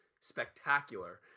spectacular